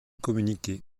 communiqué